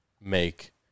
make